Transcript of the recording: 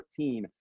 14